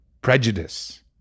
prejudice